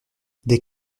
des